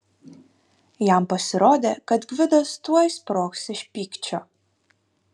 jam pasirodė kad gvidas tuoj sprogs iš pykčio